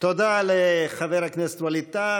בערבית: מספיק, די.) תודה לחבר הכנסת ווליד טאהא.